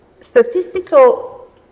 statistical